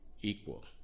equal